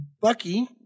Bucky